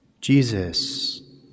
Jesus